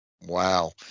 Wow